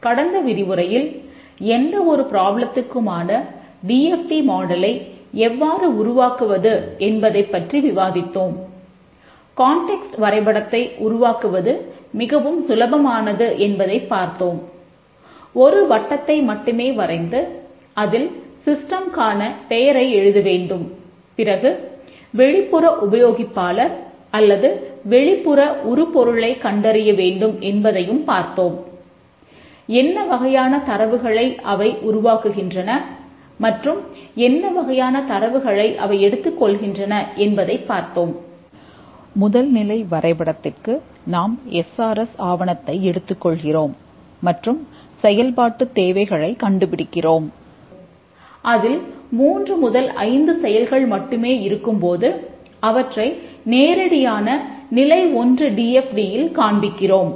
கடந்த விரிவுரையில் எந்த ஒரு ப்ராப்ளத்துக்குமானல் காண்பிக்கிறோம்